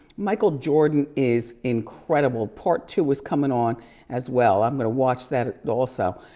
michael jordan is incredible. part two was coming on as well. i'm gonna watch that also.